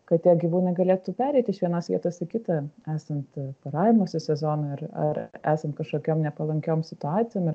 kad tie gyvūnai galėtų pereiti iš vienos vietos į kitą esant poravimosi sezonui ar ar esant kažkokiom nepalankiom situacijom ir